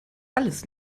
alles